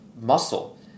muscle